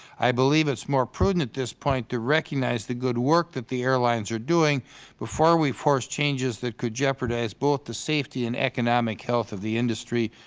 i believe it is more prudent at this point to recognize the good work that the airlines are doing before we force changes that could jeopardize both the safety and the economic health of the industry.